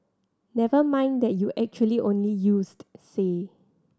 never mind that you actually only used say